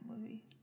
movie